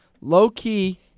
low-key